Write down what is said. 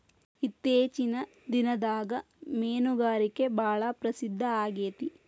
ಇತ್ತೇಚಿನ ದಿನದಾಗ ಮೇನುಗಾರಿಕೆ ಭಾಳ ಪ್ರಸಿದ್ದ ಆಗೇತಿ